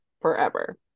forever